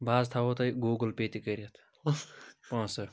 بہٕ حظ تھاوَو تۄہہِ گوٗگٕل پیٚے تہِ کٔرِتھ پۅنٛسہٕ